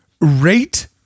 rate